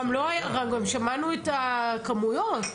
גם שמענו את הכמויות.